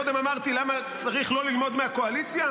קודם אמרתי למה צריך לא ללמוד מהקואליציה?